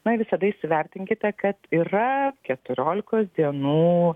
na visada įsivertinkite kad yra keturiolikos dienų